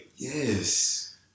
Yes